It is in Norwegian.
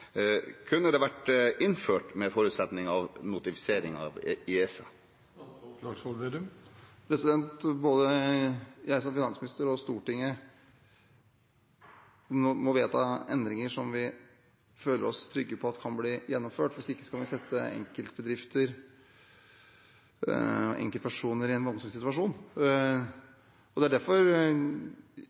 Kunne det blitt innført under forutsetning av notifisering i ESA? Både jeg som finansminister og Stortinget må vedta endringer vi føler oss trygge på at kan bli gjennomført, hvis ikke kan vi sette enkeltbedrifter og enkeltpersoner i en vanskelig situasjon. Det er derfor